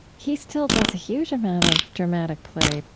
he still does a huge amount of dramatic play.